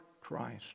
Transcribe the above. Christ